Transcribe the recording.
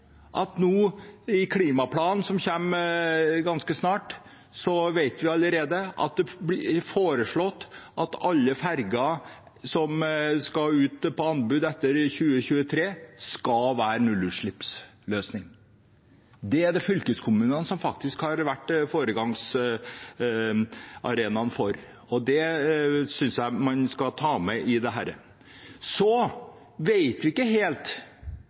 vet at det allerede i forbindelse med klimaplanen, som kommer ganske snart, vil bli foreslått at alle fergestrekninger som skal ut på anbud etter 2023, skal ha en nullutslippsløsning. Det har fylkeskommunene vært foregangsarenaen for. Det synes jeg man skal ha med seg i denne diskusjonen. Vi vet ikke helt